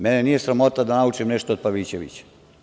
Mene nije sramota da naučim nešto od Pavićevića.